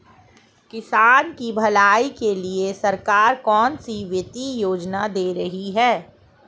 किसानों की भलाई के लिए सरकार कौनसी वित्तीय योजना दे रही है?